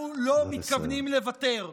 אנחנו לא מתכוונים לוותר.